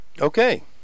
Okay